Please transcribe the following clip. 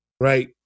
right